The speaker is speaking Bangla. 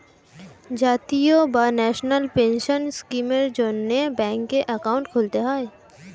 জাতীয় বা ন্যাশনাল পেনশন স্কিমের জন্যে ব্যাঙ্কে অ্যাকাউন্ট খুলতে হয়